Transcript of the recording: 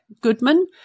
Goodman